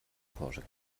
porsche